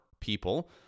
people